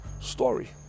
story